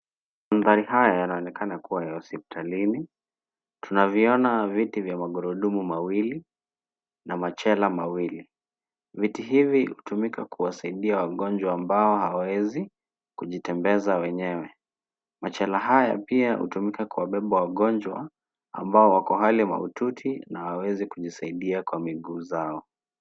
Mandhari haya yanaonekana kuwa ya hospitalini. Tunaviona viti vya magurudumu mawili na machela mawili. Viti hivi hutumika kuwasaidia wagonjwa ambao hawaezi kujitembeza wenyewe. Machela haya pia hutumika kuwabeba wagonjwa ambao wako hali mahututi na hawawezi kujisaidia kwa miguu zao.